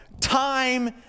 time